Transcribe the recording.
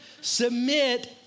Submit